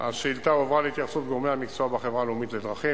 השאילתא הועברה להתייחסות גורמי המקצוע בחברה הלאומית לדרכים.